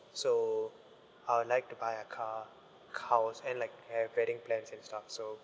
so I'd like to buy a car house and like I have wedding plans and stuff so